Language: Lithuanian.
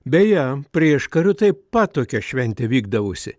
beje prieškariu taip pat tokia šventė vykdavusi